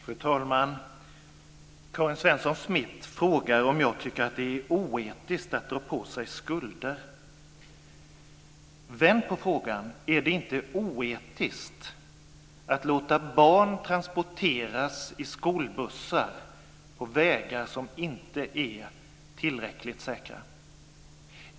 Fru talman! Karin Svensson Smith frågar om jag tycker att det är oetiskt att dra på sig skulder. Vänd på frågan! Är det inte oetiskt att låta barn transporteras i skolbussar på vägar som inte är tillräckligt säkra?